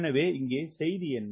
எனவே இங்கே செய்தி என்ன